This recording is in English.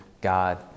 God